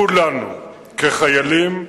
כולנו, כחיילים,